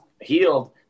healed